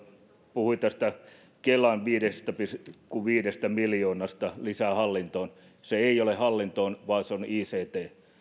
puhui tästä kelan viidestä pilkku viidestä miljoonasta lisästä hallintoon se ei ole hallintoon vaan se on icthen